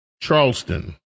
Charleston